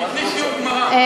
אז תני שיעור גמרא.